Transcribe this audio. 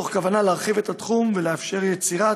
מתוך כוונה להרחיב את התחום ולאפשר יצירה